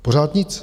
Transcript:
Pořád nic.